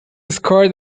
scored